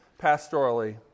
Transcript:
pastorally